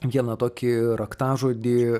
vieną tokį raktažodį